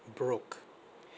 broke